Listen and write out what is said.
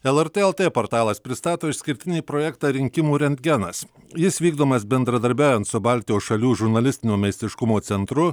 lrt portalas pristato išskirtinį projektą rinkimų rentgenas jis vykdomas bendradarbiaujant su baltijos šalių žurnalistinio meistriškumo centru